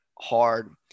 hard